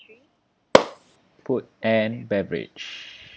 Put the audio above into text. food and beverage